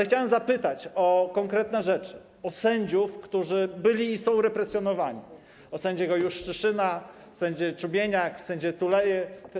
Chciałem zapytać o konkretne rzeczy, o sędziów, którzy byli i są represjonowani, o sędziego Juszczyszyna, sędzię Czubieniak, sędziego Tuleyę.